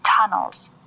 tunnels